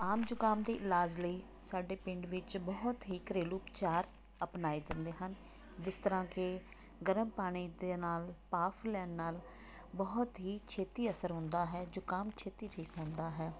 ਆਮ ਜ਼ੁਕਾਮ ਦੇ ਇਲਾਜ ਲਈ ਸਾਡੇ ਪਿੰਡ ਵਿੱਚ ਬਹੁਤ ਹੀ ਘਰੇਲੂ ਉਪਚਾਰ ਅਪਣਾਏ ਜਾਂਦੇ ਹਨ ਜਿਸ ਤਰ੍ਹਾਂ ਕਿ ਗਰਮ ਪਾਣੀ ਦੇ ਨਾਲ਼ ਭਾਫ਼ ਲੈਣ ਨਾਲ਼ ਬਹੁਤ ਹੀ ਛੇਤੀ ਅਸਰ ਹੁੰਦਾ ਹੈ ਜ਼ੁਕਾਮ ਛੇਤੀ ਠੀਕ ਹੁੰਦਾ ਹੈ